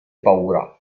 paura